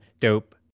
dope